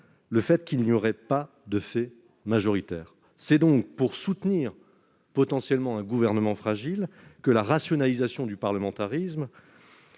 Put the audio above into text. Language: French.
le fait qu'il n'y aurait pas de fait majoritaire, c'est donc pour soutenir potentiellement un gouvernement fragile que la rationalisation du parlementarisme,